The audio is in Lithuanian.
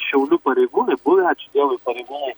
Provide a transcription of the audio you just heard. šiaulių pareigūnai buvę ačiū dievui pareigūnai